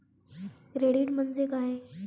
Credit म्हणजे काय?